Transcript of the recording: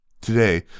Today